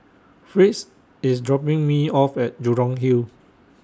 Fritz IS dropping Me off At Jurong Hill